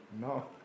no